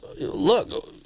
look